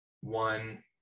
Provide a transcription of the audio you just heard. one